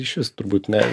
išvis turbūt ne